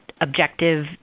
objective